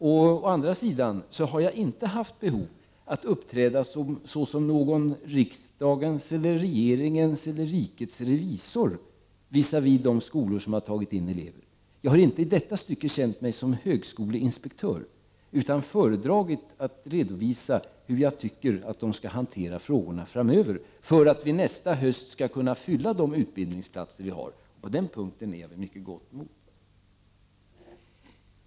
Å andra sidan har jag inte känt något behov av att uppträda såsom någon riksdagens, regeringens eller rikets revisor visavi de skolor som antagit elever. Jag har i detta stycke inte känt mig som en högskoleinspektör. Jag har föredragit att redovisa hur jag anser att högskolorna skall hantera dessa frågor framöver, så att vi nästa höst skall kunna fylla de utbildningsplatser vi har. På den punkten är jag vid mycket gott mod.